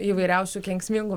įvairiausių kenksmingų